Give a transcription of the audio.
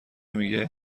میگه